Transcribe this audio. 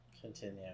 Continue